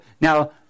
now